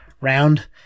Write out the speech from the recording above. round